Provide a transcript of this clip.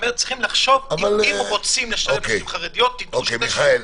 אבל צריך לחשוב שאם רוצים לשלב נשים חרדיות --- מיכאל,